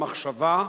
מחשבה,